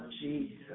Jesus